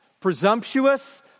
presumptuous